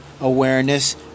awareness